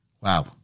Wow